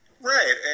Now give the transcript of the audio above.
Right